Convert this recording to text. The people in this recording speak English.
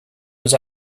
was